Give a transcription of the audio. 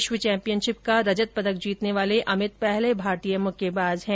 विश्व चैम्पियनशिप का रजत पदक जीतने वाले अमित पहले भारतीय मुक्केबाज हैं